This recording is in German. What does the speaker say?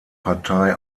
partei